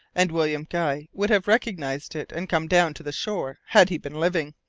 and william guy would have recognized it and come down to the shore had he been living.